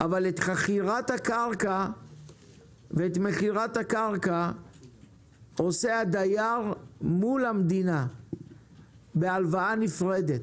אבל את חכירת הקרקע ומכירת הקרקע עושה הדייר מול המדינה בהלוואה נפרדת.